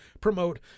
promote